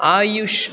Ayush